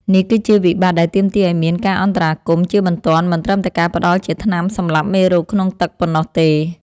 នេះគឺជាវិបត្តិដែលទាមទារឱ្យមានការអន្តរាគមន៍ជាបន្ទាន់ មិនត្រឹមតែការផ្ដល់ជាថ្នាំសម្លាប់មេរោគក្នុងទឹកប៉ុណ្ណោះទេ។